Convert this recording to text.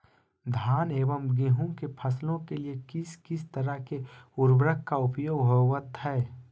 धान एवं गेहूं के फसलों के लिए किस किस तरह के उर्वरक का उपयोग होवत है?